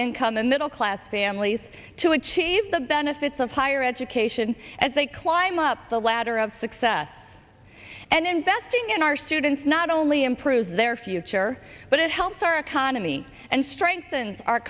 income and middle class families to achieve the benefits of higher education as they climb up the ladder of success and investing in our students not only improves their future but it helps our economy and strengthens